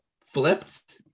flipped